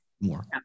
more